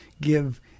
give